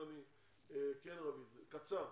כן, רוית, קצר.